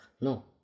no